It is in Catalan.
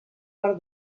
per